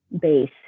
base